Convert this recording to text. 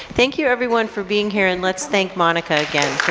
thank you, everyone for being here and let's thank monica again